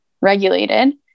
regulated